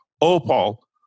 Opal